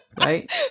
right